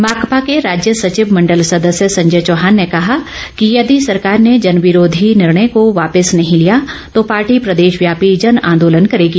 माकपा के राज्य सचिव मंडल सदस्य संजय चौहान ने कहा कि यदि सरकार ने जन विरोधी निर्णय को वापिस नहीं लिया तो पार्टी प्रदेशव्यापी जन आंदोलन करेगी